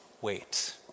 wait